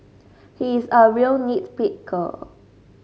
he is a real nit picker